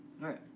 Right